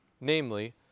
Namely